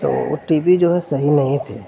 تو وہ TV جو ہے صحیح نہیں تھی